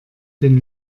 den